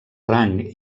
rang